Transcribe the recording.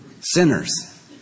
Sinners